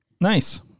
Nice